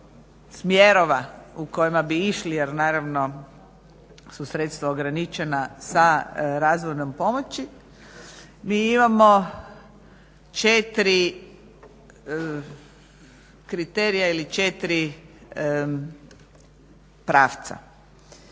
smjerova u kojima bi išli, jer naravno su sredstva ograničena sa razvojnom pomoći. Mi imamo 4 kriterija ili 4 pravca.